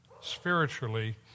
spiritually